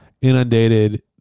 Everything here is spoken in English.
inundated